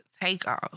Takeoff